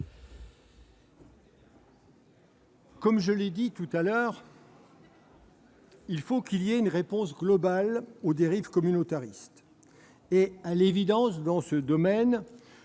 Comme je l'ai dit tout à l'heure, il faut une réponse globale aux dérives communautaristes. À l'évidence, dans ce domaine,